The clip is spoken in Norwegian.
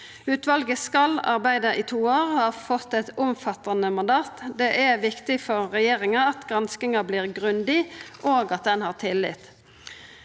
Utvalet skal arbeida i to år og har fått eit omfattande mandat. Det er viktig for regjeringa at granskinga vert grundig, og at ein har tillit